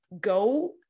go